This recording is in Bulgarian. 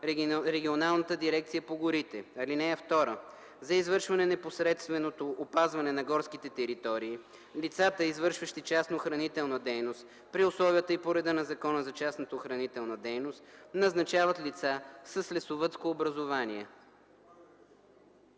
регионалната дирекция по горите. (2) За извършване непосредственото опазване на горските територии лицата, извършващи частна охранителна дейност при условията и по реда на Закона за частната охранителна дейност, назначават лица с лесовъдско образование.”